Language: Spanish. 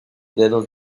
dedos